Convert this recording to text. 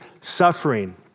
suffering